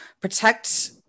protect